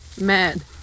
mad